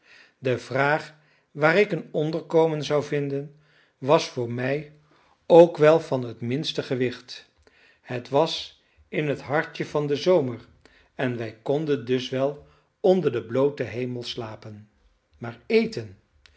de vraag waar ik een onderkomen zou vinden was voor mij ook wel van het minste gewicht het was in het hartje van den zomer en wij konden dus wel onder den blooten hemel slapen maar eten